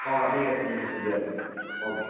অঁ ঠিক আছে ঠিক আছে দিয়াতেন অ'কে